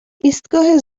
ایستگاه